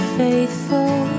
faithful